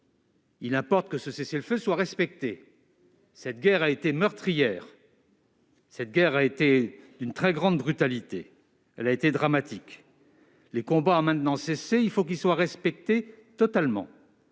Il importe qu'il soit respecté. Cette guerre a été meurtrière ; cette guerre a été d'une très grande brutalité ; elle a été dramatique. Les combats ont maintenant cessé, il faut que le cessez-le-feu soit respecté totalement,